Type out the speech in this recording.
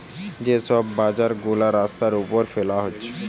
যে সব বাজার গুলা রাস্তার উপর ফেলে হচ্ছে